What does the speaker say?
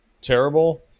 terrible